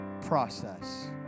process